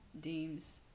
deems